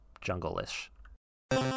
jungle-ish